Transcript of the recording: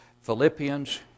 Philippians